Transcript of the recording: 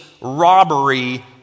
robbery